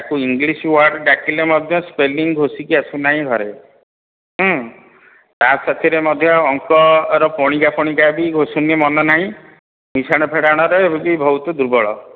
କେଉଁ English word ଡାକିଲେ ମଧ୍ୟ ସ୍ପେଲିଂ ଘୋଷିକି ଆସୁନାହିଁ ଘରେ ତା ସାଥିରେ ମଧ୍ୟ ଅଙ୍କର ପଣିକିଆ ଫଣିକିଆ ବି ଘୋଷୁନି ମନେ ନାହିଁ ମିଶାଣ ଫେଡ଼ାଣରେ ବହୁତ ଦୁର୍ବଳ